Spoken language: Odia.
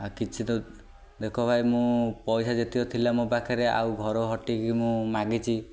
ଆଉ କିଛି ତ ଦେଖ ଭାଇ ମୁଁ ପଇସା ଯେତିକି ଥିଲା ମୋ ପାଖରେ ଆଉ ଘରୁ ହଟେଇକି ମୁଁ ମାଗିଛି